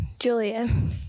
Julian